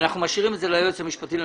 שאנחנו משאירים את זה ליועץ המשפטי לממשלה,